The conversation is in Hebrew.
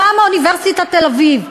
הפעם מאוניברסיטת תל-אביב,